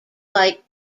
like